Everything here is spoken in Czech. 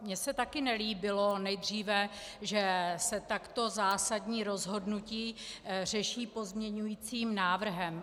Mně se taky nelíbilo nejdříve, že se takto zásadní rozhodnutí řeší pozměňovacím návrhem.